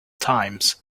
times